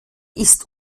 ist